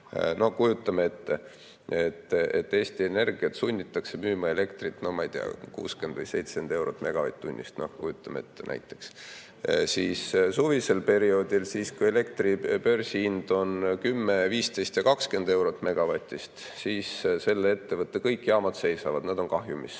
kujutame ette, et Eesti Energiat sunnitakse müüma elektrit, ma ei tea, 60 või 70 eurot megavatt-tunni eest. Suvisel perioodil, kui elektri börsihind on 10, 15 ja 20 eurot megavati eest, siis selle ettevõtte kõik jaamad seisavad, nad on kahjumis.